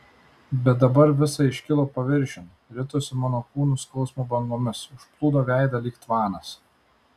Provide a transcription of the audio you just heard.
bet dabar visa iškilo paviršiun ritosi mano kūnu skausmo bangomis užplūdo veidą lyg tvanas